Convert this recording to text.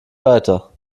weiter